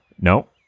No